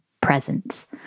presence